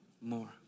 more